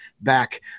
back